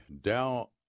Dow